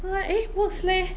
我 like eh works leh